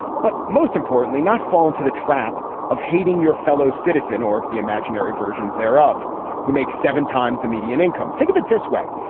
but most importantly not fall into the trap of hating your fellow citizen or the imaginary versions thereof who makes seven times the median income. of it this way.